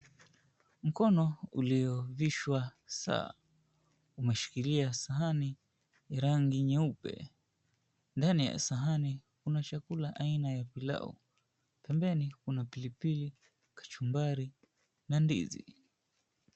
Mkono uliovaa saa umeshikilia sahani ya rangi nyeupe, ndani yake kuna chakula aina ya pilau, huku pembeni kukiwa na pilipili, kachumbari na kipande cha ndizi.